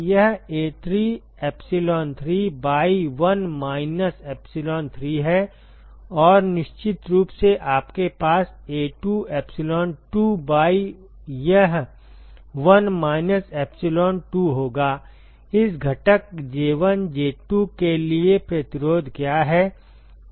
यह A3 epsilon3 by 1 minus epsilon3 है और निश्चित रूप से आपके पास A2 epsilon2 by यह 1 माइनस epsilon2 होगा इस घटक J1 J2 के लिए प्रतिरोध क्या है